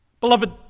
Beloved